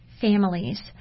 families